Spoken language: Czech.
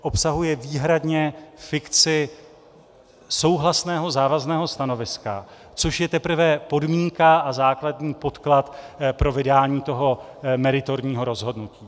Obsahuje výhradně fikci souhlasného závazného stanoviska, což je teprve podmínka a základní podklad pro vydání toho meritorního rozhodnutí.